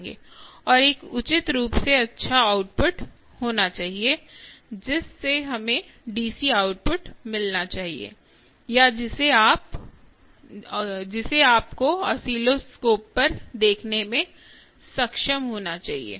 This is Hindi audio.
और एक उचित रूप से अच्छा आउटपुट होना चाहिए जिससे हमें डीसी आउटपुट मिलना चाहिए या जिसे आपको आस्सीलस्कोप पर देखने में सक्षम होना चाहिए